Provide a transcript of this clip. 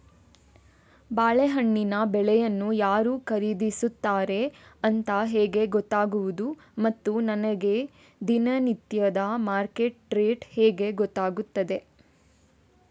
ಬಾಳೆಹಣ್ಣಿನ ಬೆಳೆಯನ್ನು ಯಾರು ಖರೀದಿಸುತ್ತಾರೆ ಅಂತ ಹೇಗೆ ಗೊತ್ತಾಗುವುದು ಮತ್ತು ನನಗೆ ದಿನನಿತ್ಯದ ಮಾರ್ಕೆಟ್ ರೇಟ್ ಹೇಗೆ ಗೊತ್ತಾಗುತ್ತದೆ?